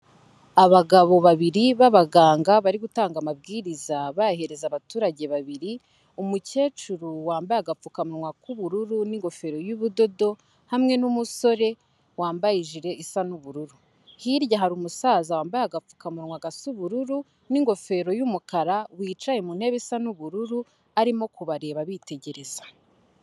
Abagabo babiri b'abaganga, bari gutanga amabwiriza bayahereza abaturage babiri, umukecuru wambaye agapfukamunwa k'ubururu, n'ingofero y'ubudodo, hamwe n'umusore wambaye ijiri isa n'ubururu, hirya hari umusaza wambaye agapfukamunwa gasa ubururu, n'ingofero y'umukara, wicaye mu ntebe isa n'ubururu, arimo kubareba abitegereza.